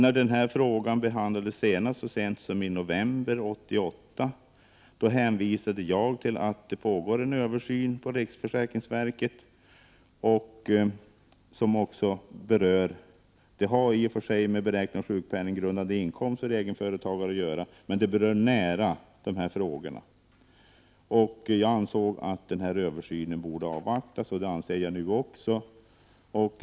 När den här frågan behandlades senast — så sent som i november 1988 — hänvisade jag till en pågående översyn inom riksförsäkringsverket, en utredning som i och för sig har med beräkningen av sjukpenninggrundade inkomst för egenföretagarna att göra. Men den utredningen berör även nära dessa frågor. Jag ansåg att denna översyn borde avvaktas, och det anser jag nu också.